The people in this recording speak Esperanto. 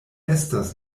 estas